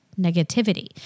negativity